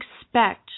expect